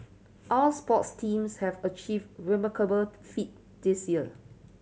our sports teams have achieved remarkable feat this year